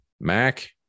Mac